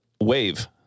wave